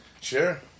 Sure